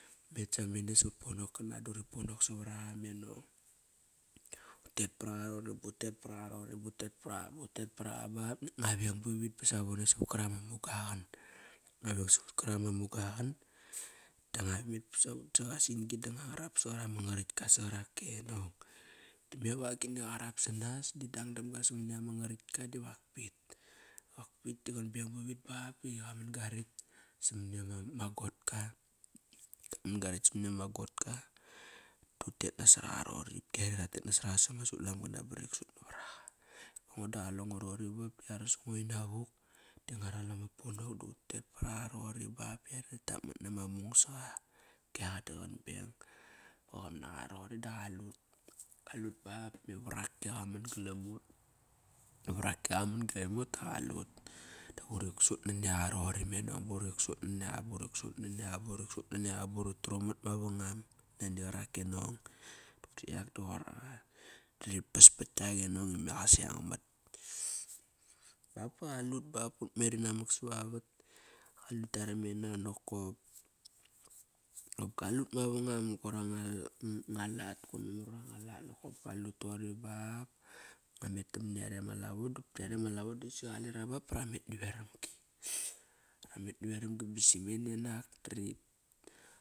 Utmet samam ena sut ponok kana duri ponok savar aqa me nong. Utet par aqa roqori butet paraqa roqori butet paraqa butet paraqa ba nakt ngua veng ba vit ba savone savat karak ama muga qan Ngua weng savat karak ama muga qan. Dangua met ba savuk sa gua sin-gi da ngua ram saqarak ama ngaretka sa qarak e nong Dame vagini qarap sanas di dang dam ga samani ama ngarat ka da vak pit Vakpit ba qat beng bavit ba ba qi qaman garektsamani ama gotka Kaman garektsamani ama got ka dut tet nasor aqa roqori. Kiare ratet nasoraqa sama sut lamgana ba rik sut navar aqa. Ngo da qalengo roqori ba nakt ar sa ngo ina vuk da ngua ral ama ponok dut tet paraqa roqori ba ba yare rit tap mat nama mung saqa Ki qa da qan beng, qam naqa roqori da qalut kalut ba ba me varak ka man galam ut. Varatki qaman galam ut da qalut Urik sut nani aqa roqori, me nong, buri sut nani aqa, buri sut nani aqa, buri trumat mavangam, nani qarak e nong Yak di qoir aqa Ritpas pat kiak e nong ima qaseng mat Ba ba qaliut bap but meri namak savavat. Qalut kia remena nokop Nokop kalut mavangam, koir anga lat nokop. Koir memar vang lat nokop kaliut toqori bap, ngua met tamani yare ma lavo dopki yare ma lavo disi qalera bap ba ramet naveramgi. Ramet naveram gi ba simene nak dari